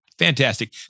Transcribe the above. Fantastic